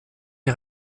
des